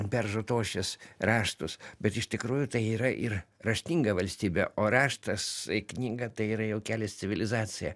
beržo tošies raštus bet iš tikrųjų tai yra ir raštinga valstybė o raštas knyga tai yra jau kelias civilizacija